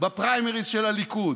בפריימריז של הליכוד.